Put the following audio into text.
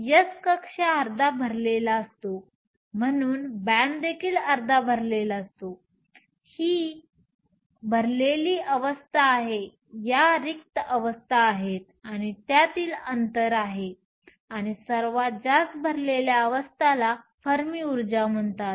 S कक्षा अर्धा भरलेला आहे म्हणून बॅण्ड देखील अर्धा भरलेला आहे ही भरलेली अवस्था आहे या रिक्त अवस्था आहेत आणि त्यातील अंतर आहे आणि सर्वात जास्त भरलेल्या अवस्थेला फर्मी ऊर्जा म्हणतात